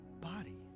body